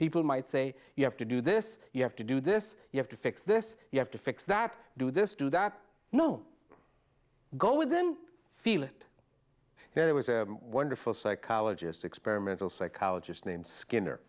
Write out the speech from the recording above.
people might say you have to do this you have to do this you have to fix this you have to fix that do this do that no go with them feel that there was a wonderful psychologist experimental psychologist named skinner